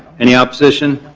any opposition?